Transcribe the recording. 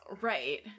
Right